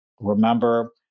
Remember